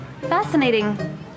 Fascinating